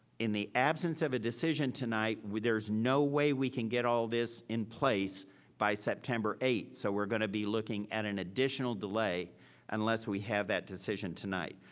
in the absence of a decision tonight, there's no way we can get all this in place by september eight. so we're gonna be looking at an additional delay unless we have that decision tonight.